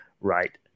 right